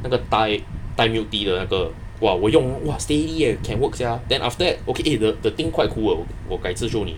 and the thai thai milk tea 的那个 !wah! 我用 steady eh can work sia then after that okay the the thing quite cool uh 我改次 show 你